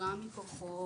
וההסדרה מכוחו